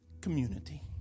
community